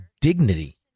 dignity